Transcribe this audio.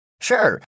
Sure